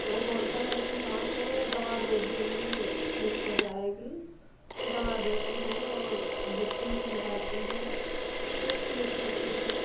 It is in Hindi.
तो वो बोलता है कि हाँ चलो दवा दे देंगे ठीक हो जाएगी दवा देते हैं और इक्जेक्सन भी लगाते हैं तो ठीक होती है